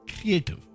creative